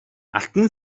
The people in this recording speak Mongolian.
алтан